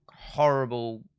horrible